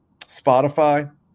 Spotify